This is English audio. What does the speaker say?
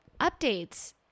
updates